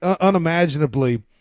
unimaginably